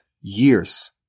years